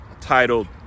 titled